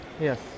yes